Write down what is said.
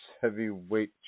heavyweight